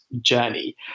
journey